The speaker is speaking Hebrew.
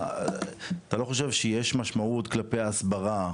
אתה לא חושב שיש משמעות כלפי ההסברה